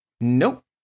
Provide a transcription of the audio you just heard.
Nope